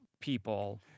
people